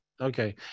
okay